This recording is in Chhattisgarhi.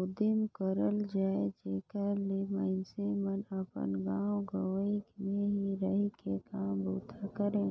उदिम करल जाए जेकर ले मइनसे मन अपन गाँव गंवई में ही रहि के काम बूता करें